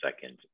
second